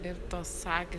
ir tos akys